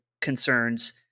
concerns